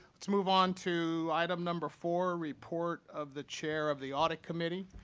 let's move on to item number four, report of the chair of the audit committee.